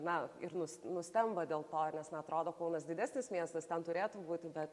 na ir nus nustemba dėl to nes na atrodo kaunas didesnis miestas ten turėtų būti bet